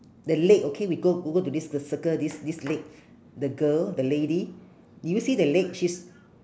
the leg okay we go over to this the circle this this leg the girl the lady did you see the leg she's